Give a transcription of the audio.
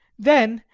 then,